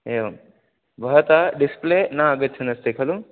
एवं भवतः डिस्प्ले न आगच्छन् अस्ति खलु